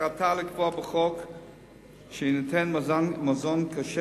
מטרתה לקבוע בחוק שיינתן מזון כשר